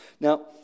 Now